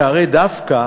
הרי דווקא